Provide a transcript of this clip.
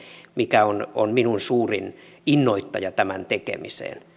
mikä on on minun suurin innoittajani tämän tekemiseen